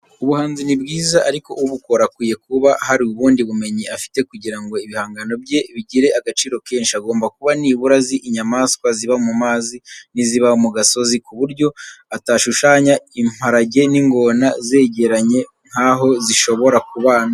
Ubuhanzi ni bwiza, ariko ubukora akwiye kuba hari ubundi bumenyi afite kugira ngo ibihangano bye bigire agaciro kenshi, agomba kuba nibura azi inyamaswa ziba mu mazi n'iziba mu gasozi, ku buryo atashushanya imparage n'ingona zegeranye nk'aho zishobora kubana.